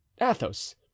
Athos